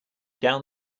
down